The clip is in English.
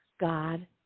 God